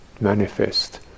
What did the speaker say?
manifest